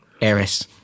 Eris